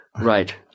right